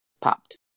popped